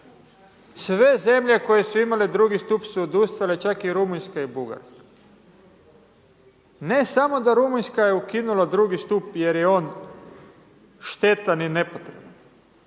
Sve zemlje koje su imale drugi stup su odustale, čak i Rumunjska i Bugarska. Ne samo da Rumunjska je ukinula drugi stup jer je on štetan i nepotreban.